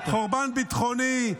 חורבן ביטחוני,